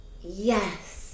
Yes